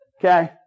Okay